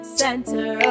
center